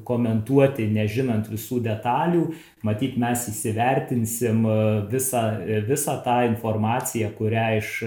komentuoti nežinant visų detalių matyt mes įsivertinsim visą visą tą informaciją kurią iš